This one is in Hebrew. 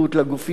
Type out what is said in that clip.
אבל יותר מזה,